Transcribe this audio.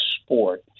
sport